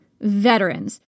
Veterans